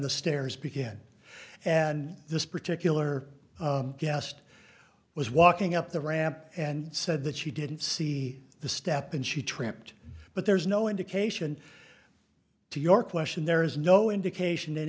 the stairs begin and this particular guest was walking up the ramp and said that she didn't see the step and she tripped but there's no indication to your question there is no indication